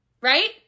Right